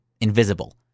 invisible